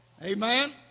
Amen